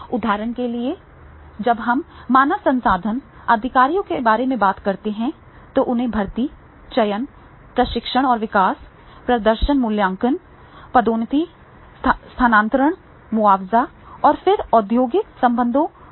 उदाहरण के लिए जब हम मानव संसाधन अधिकारियों के बारे में बात कर रहे हैं तो उन्हें भर्ती चयन प्रशिक्षण और विकास प्रदर्शन मूल्यांकन पदोन्नति स्थानांतरण मुआवजा और फिर औद्योगिक संबंधों को करना होगा